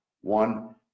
one